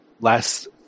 last